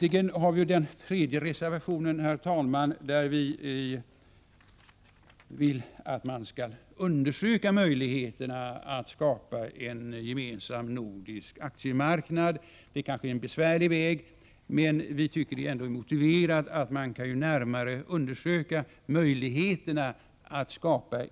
I den tredje reservationen slutligen, herr talman, vill vi att man skall undersöka möjligheterna att skapa en gemensam nordisk aktiemarknad. Det är kanske en besvärlig väg, men vi tycker att det är motiverat att närmare undersöka detta.